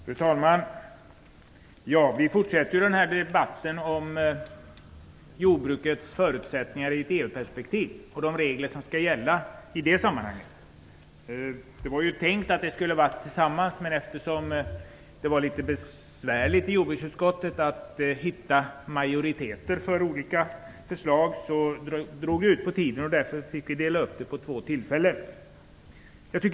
Fru talman! Vi fortsätter i dag med debatten om jordbrukets förutsättningar i ett EU-perspektiv och de regler som skall gälla i det sammanhanget. Meningen var att allt detta skulle behandlas samtidigt, men eftersom det var litet besvärligt i jordbruksutskottet att hitta majoriteter för olika förslag drog arbetet ut på tiden. Därför har vi fått dela upp ärendet på två tillfällen.